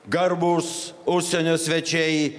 garbūs užsienio svečiai